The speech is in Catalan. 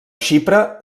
xipre